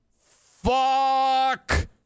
Fuck